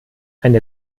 eine